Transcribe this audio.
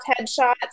headshots